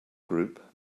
group